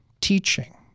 teaching